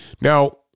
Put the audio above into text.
Now